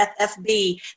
FFB